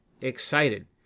excited